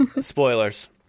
spoilers